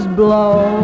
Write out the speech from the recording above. blow